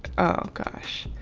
oh, gosh,